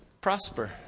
prosper